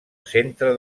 centre